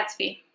Gatsby